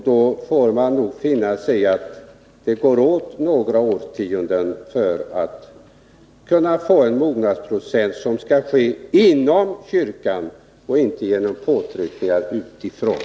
Då får vi nog finna oss i att det går åt några årtionden för att vi skall kunna få en mognadsprocess — en mognadsprocess som skall äga rum inom kyrkan och inte ske genom påtryckningar utifrån.